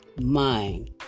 mind